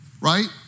right